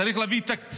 צריך להביא תקציב